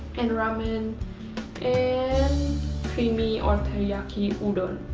and ramen and creamy or teriyaki udon.